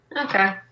Okay